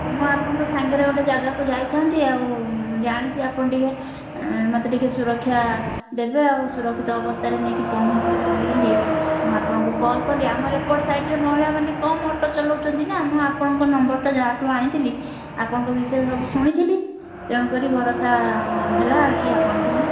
ମୁଁ ଆପଣଙ୍କ ସାଙ୍ଗରେ ଗୋଟେ ଜାଗାକୁ ଯାଇଥାନ୍ତି ଆଉ ଜାଣିଛି ଆପଣ ଟିକେ ମୋତେ ଟିକେ ସୁରକ୍ଷା ଦେବେ ଆଉ ସୁରକ୍ଷିତ ଅବସ୍ଥାରେ ନେଇକି ପହଞ୍ଚାଇ ଦେବେ ବୋଲି ମୁଁ ଆପଣଙ୍କୁ କଲ୍ କଲି ଆମର ଏପଟ ସାଇଟ୍ରେ ମହିଳାମାନେ କମ୍ ଅଟୋ ଚଲାଉଛନ୍ତି ନା ମୁଁ ଆପଣଙ୍କ ନମ୍ବରଟା ଯାହା ଠୁ ଆଣିଥିଲି ଆପଣଙ୍କ ବିଷୟରେ ସବୁ ଶୁଣିଥିଲି ତେଣୁ କରି ଭରସା ହେଲା କି ଆପଣଙ୍କୁ ମୁଁ